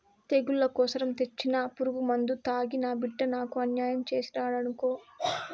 తెగుళ్ల కోసరం తెచ్చిన పురుగుమందు తాగి నా బిడ్డ నాకు అన్యాయం చేసినాడనుకో